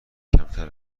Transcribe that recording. کمتر